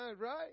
right